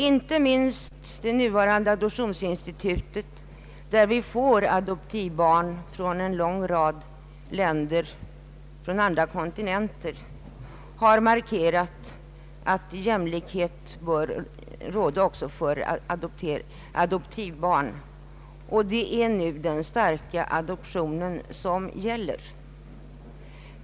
Inte minst i det nuvarande adoptionsinstitutet, där vi får adoptivbarn från en lång rad länder, till och med från andra kontinenter, har markerat kravet att jämlikhet bör råda också för adoptivbarn. Där bör den starka adoptionen gälla.